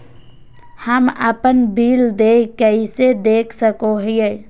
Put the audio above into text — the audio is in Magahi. हम अपन बिल देय कैसे देख सको हियै?